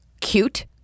Cute